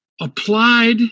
applied